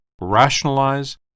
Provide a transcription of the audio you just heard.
rationalize